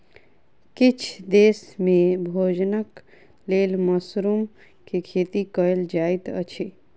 किछ देस में भोजनक लेल मशरुम के खेती कयल जाइत अछि